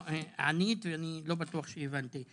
ענית ולא בטוח שהבנתי.